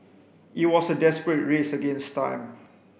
it was a desperate race against time